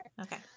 Okay